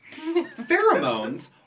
Pheromones